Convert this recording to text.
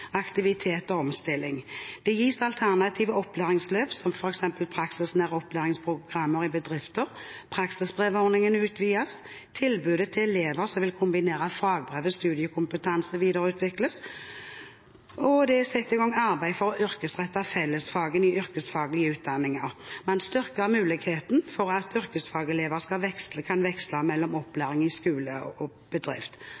aktivitet og omstilling. Det gis alternative opplæringsløp som f.eks. praksisnære opplæringsprogrammer i bedrifter. Praksisbrevordningen utvides, tilbudet til elever som vil kombinere fagbrev og studiekompetanse, videreutvikles, og det er satt i gang arbeid for å yrkesrette fellesfagene i yrkesfaglige utdanninger. Man styrker muligheten for at yrkesfagelever kan veksle mellom opplæring i skole og bedrift.